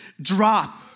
drop